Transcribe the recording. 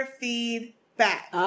feedback